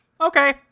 Okay